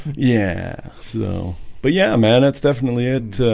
yeah, so but yeah, man. that's definitely it